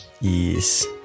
yes